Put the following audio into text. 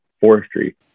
forestry